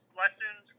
lessons